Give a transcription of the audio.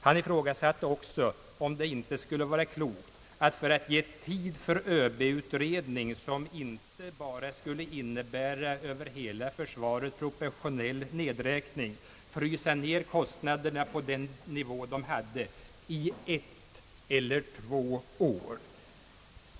Han ifrågasatte också om det inte skulle vara klokt att — för att ge tid för en ÖB-utredning som inte bara skulle innebära över hela försvaret proportionell nedräkning — frysa ned kostnaderna på den nivå de hade i ett eller två år.